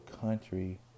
country